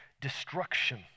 destruction